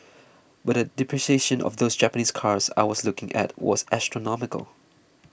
but the depreciation of those Japanese cars I was looking at was astronomical